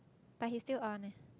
but he still on eh